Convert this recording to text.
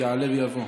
יעלה ויבוא.